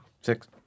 six